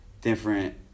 different